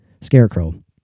scarecrow